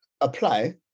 Apply